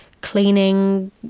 cleaning